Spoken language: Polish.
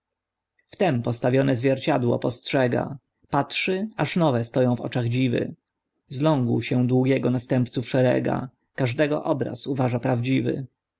wtem postawione zwierciadło postrzega patrzy aż nowe stoją w oczach dziwy zląkł się długiego następców szerega każdego obraz uważa prawdziwy